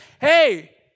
hey